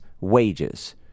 wages